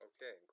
Okay